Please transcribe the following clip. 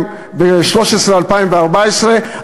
2014,